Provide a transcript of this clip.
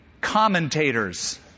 commentators